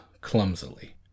clumsily